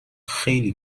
خیلی